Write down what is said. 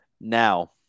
now